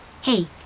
Hey